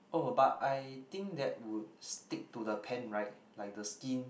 oh but I think that would stick to the pan right like the skin